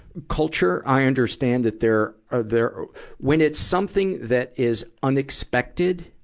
culture. i understand that there are, there when it's something that is unexpected,